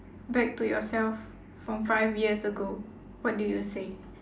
back to yourself from five years ago what do you say